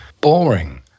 Boring